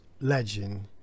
legend